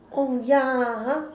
oh ya